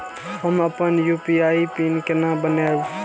हम अपन UPI PIN केना बनैब?